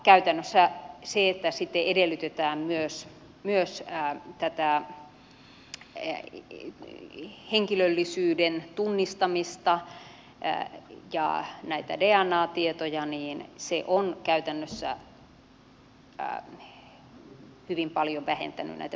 käytännössä se että sitten edellytetään myös henkilöllisyyden tunnistamista ja dna tietoja on hyvin paljon vähentänyt perheenyhdistämisten määrää